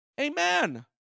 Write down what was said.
Amen